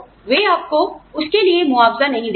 तो वे आपको उसके लिए मुआवजा नहीं देंगे